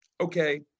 Okay